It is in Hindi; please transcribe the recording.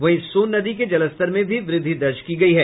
वहीं सोन नदी के जलस्तर में भी वृद्धि दर्ज की गयी है